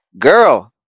girl